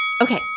Okay